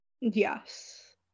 Yes